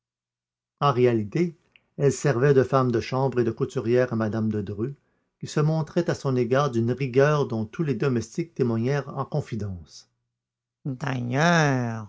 en réalité elle servait de femme de chambre et de couturière à madame de dreux qui se montrait à son égard d'une rigueur dont tous les domestiques témoignèrent en confidence